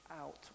out